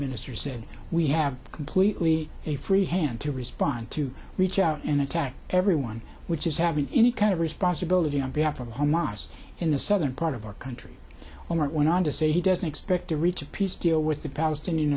minister said we have completely a free hand to respond to reach out and attack everyone which is having any kind of responsibility on behalf of hamas in the southern part of our country where it went on to say he doesn't expect to reach a peace deal with the palestinian